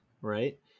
right